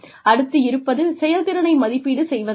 அடுத்து இருப்பது செயல்திறனை மதிப்பீடு செய்வதாகும்